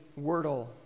Wordle